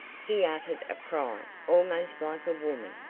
he uttered a cry, almost like a woman,